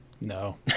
No